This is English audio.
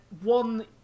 one